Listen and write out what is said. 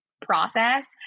process